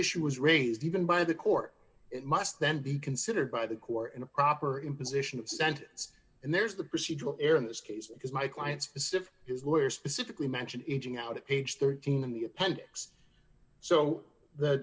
issue was raised even by the court it must then be considered by the court in a proper imposition of sentence and there's the procedural error in this case because my client specific his lawyer specifically mentioned aging out at age thirteen in the appendix so the